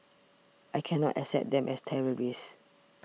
I cannot accept them as terrorists